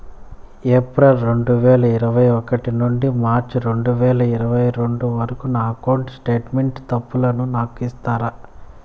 April రెండు వేల ఇరవై ఒకటి నుండి మార్చ్ రెండు వేల ఇరవై రెండు వరకు నా అకౌంట్ స్టేట్మెంట్ తప్పులను నాకు ఇస్తారా?